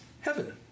heaven